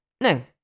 No